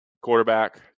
quarterback